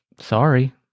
sorry